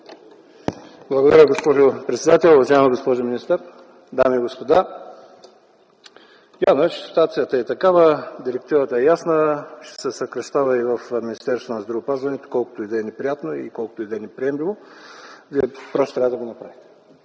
Благодаря, госпожо председател. Уважаема госпожо министър, дами и господа! Явно е, че ситуацията е такава, директивата е ясна – че ще се съкращава и в Министерството на здравеопазването, колкото и да е неприятно и колкото и да е неприемливо. Просто трябва да го направим,